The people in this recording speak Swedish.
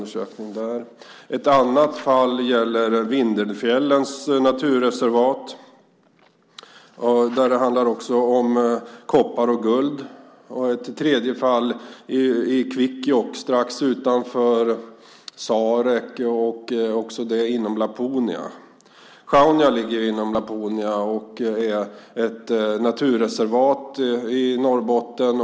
Ett annat fall gäller Vindelfjällens naturreservat. Där handlar det om koppar och guld. Ett tredje fall är Kvikkjokk, strax utanför Sarek. Också det ligger inom Laponia. Sjaunja ligger inom Laponia och är ett naturreservat i Norrbotten.